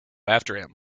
after